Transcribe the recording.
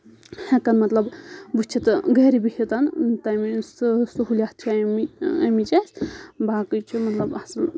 ہٮ۪کان مطلب وٕچھِتھ گرِ بِہِتھ تَمی سہوٗلیت چھِ اَمِچ اَسہِ باقٕے چھُ مطلب اَصٕل